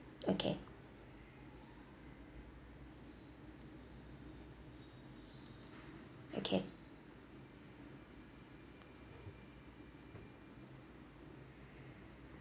okay okay